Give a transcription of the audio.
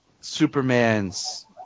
Superman's